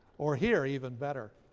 or here, even better,